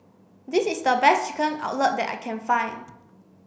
this is the best Chicken Cutlet that I can find